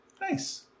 Nice